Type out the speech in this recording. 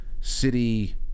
city